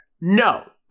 no